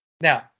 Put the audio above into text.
Now